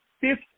fifth